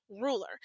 ruler